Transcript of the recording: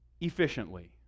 efficiently